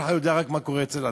כל אחד יודע רק מה קורה אצל עצמו.